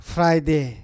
Friday